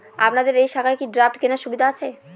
আপনাদের এই শাখায় কি ড্রাফট কেনার সুবিধা আছে?